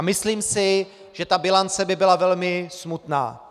Myslím si, že bilance by byla velmi smutná.